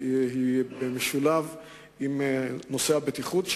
היתה במשולב עם נושא הבטיחות,